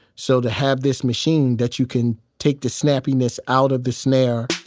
so to have this machine that you can take the snappiness out of the snare,